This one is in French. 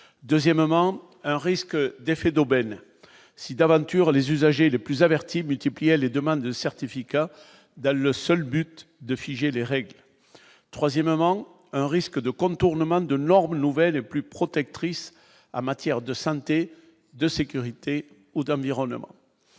deuxièmement un risque d'effet d'aubaine si d'aventure les usagers les plus avertis multipliait les demandes de certificats dans le seul but de figer les règles, troisièmement, un risque de contournement de normes nouvelles et plus protectrice a matière de santé, de sécurité ou d'un environnement